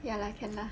ya lah can lah